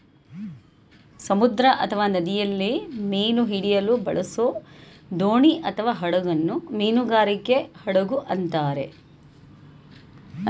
ಸಮುದ್ರ ಅಥವಾ ನದಿಯಲ್ಲಿ ಮೀನು ಹಿಡಿಯಲು ಬಳಸೋದೋಣಿಅಥವಾಹಡಗನ್ನ ಮೀನುಗಾರಿಕೆ ಹಡಗು ಅಂತಾರೆ